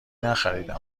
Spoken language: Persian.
نخریدم